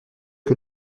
que